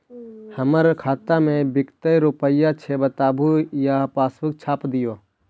हमर खाता में विकतै रूपया छै बताबू या पासबुक छाप दियो?